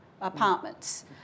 apartments